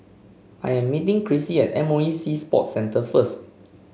I am meeting Krissy at M O E Sea Sports Centre first